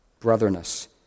brotherness